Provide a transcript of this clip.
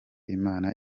imana